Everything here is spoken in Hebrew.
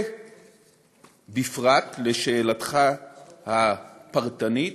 ובפרט לשאלתך הפרטנית,